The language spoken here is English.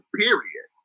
period